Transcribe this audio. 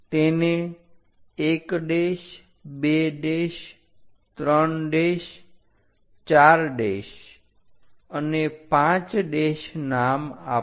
તેને 1 2 3 4 અને 5 નામ આપો